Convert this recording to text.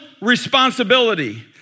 responsibility